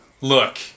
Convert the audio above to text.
Look